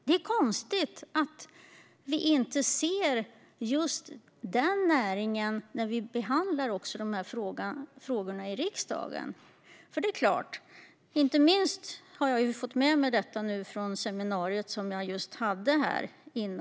Det är konstigt att vi inte ser den näringen när vi behandlar frågan här i riksdagen. Jag har fått med mig detta från seminariet som jag var på före debatten.